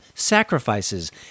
sacrifices